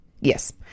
yes